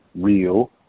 real